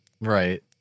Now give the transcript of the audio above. right